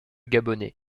gabonais